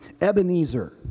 Ebenezer